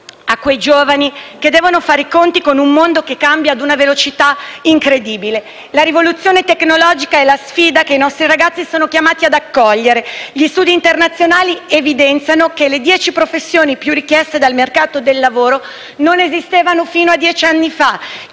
a quei giovani che devono fare i conti con un mondo che cambia a una velocità incredibile? La rivoluzione tecnologica è la sfida che i nostri ragazzi sono chiamati ad accogliere. Gli studi internazionali evidenziano che le dieci professioni più richieste dal mercato del lavoro non esistevano fino a dieci anni fa,